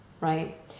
right